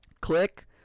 click